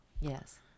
Yes